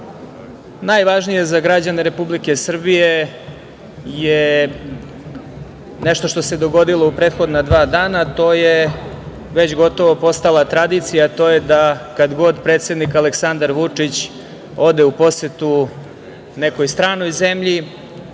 najvažnije za građane Republike Srbije je nešto što se dogodilo u prethodna dva dana, a to je već gotovo postala tradicija, a to je da kad god predsednik Aleksandar Vučić ode u posetu nekoj stranoj zemlji